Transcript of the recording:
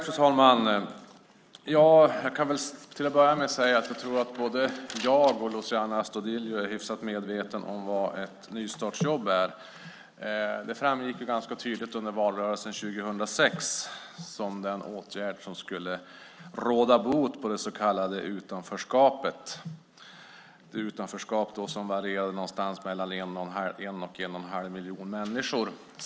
Fru talman! Till att börja med tror jag att både jag och Luciano Astudillo är hyfsat medvetna om vad ett nystartsjobb är. Det framgick ganska tydligt under valrörelsen 2006 som den åtgärd som skulle råda bot på det så kallade utanförskapet, ett utanförskap som då låg någonstans på mellan en och en och en halv miljon människor.